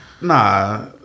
Nah